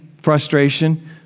frustration